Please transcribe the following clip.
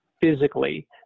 physically